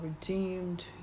redeemed